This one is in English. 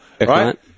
right